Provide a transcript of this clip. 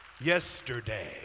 yesterday